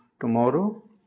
tomorrow